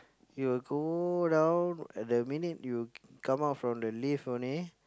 he will go down at the minute you come out of the lift only